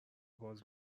باز